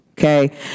Okay